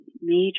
major